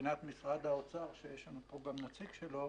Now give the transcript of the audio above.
מבחינת משרד האוצר, ויש לנו פה גם נציג שלו,